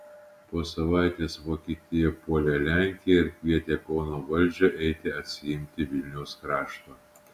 po savaitės vokietija puolė lenkiją ir kvietė kauno valdžią eiti atsiimti vilniaus krašto